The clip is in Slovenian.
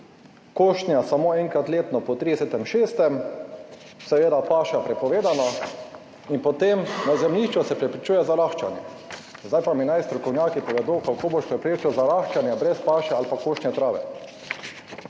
košnja samo enkrat letno po 30. 6., seveda paša prepovedana in potem na zemljišču se preprečuje zaraščanje. Zdaj pa mi naj strokovnjaki povedo, kako boš preprečil zaraščanje brez paše ali pa košnje trave.